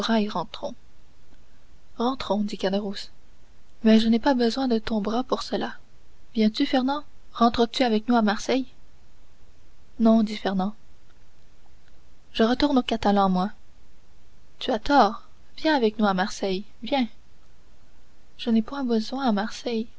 rentrons rentrons dit caderousse mais je n'ai pas besoin de ton bras pour cela viens-tu fernand rentres tu avec nous à marseille non dit fernand je retourne aux catalans moi tu as tort viens avec nous à marseille viens je n'ai point besoin à marseille